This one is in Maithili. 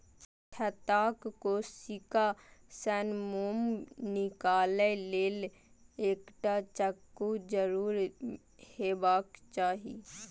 छत्ताक कोशिका सं मोम निकालै लेल एकटा चक्कू जरूर हेबाक चाही